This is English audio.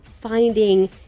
finding